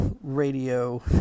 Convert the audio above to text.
radio